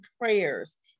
prayers